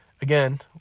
Again